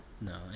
no